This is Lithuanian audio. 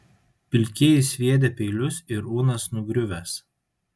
pilkieji sviedę peilius ir unas nugriuvęs